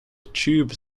tube